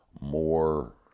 more